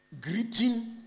greeting